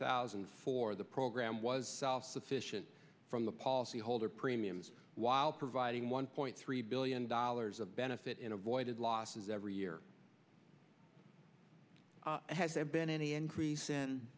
thousand and four the program was self sufficient from the policyholder premiums while providing one point three billion dollars a benefit in avoided losses every year has there been any increase